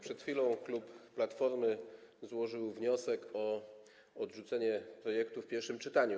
Przed chwilą klub Platformy złożył wniosek o odrzucenie projektu w pierwszym czytaniu.